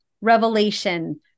revelation